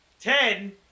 Ten